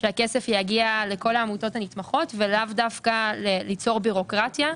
שהכסף יגיע לכל העמותות הנתמכות ולאו דווקא ליצור בירוקרטיה.